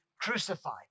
crucified